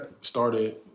started